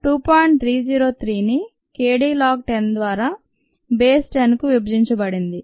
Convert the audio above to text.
303 ని k d log 10 ద్వారా base 10కు విభజించబడింది